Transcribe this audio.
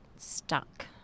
stuck